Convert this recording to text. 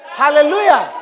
hallelujah